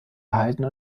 erhalten